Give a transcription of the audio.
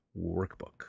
workbook